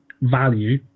value